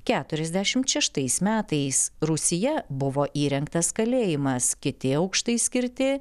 keturiasdešimt šeštais metais rūsyje buvo įrengtas kalėjimas kiti aukštai skirti